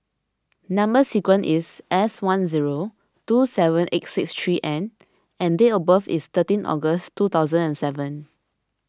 Number Sequence is S one zero two seven eight six three N and date of birth is thirteen August two thousand and seven